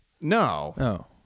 No